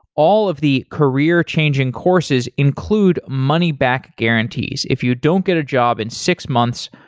all of the career-changing courses include money back guarantees. if you don't get a job in six months,